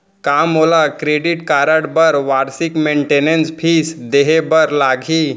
का मोला credit card बर वार्षिक मेंटेनेंस फीस देहे बर लागही?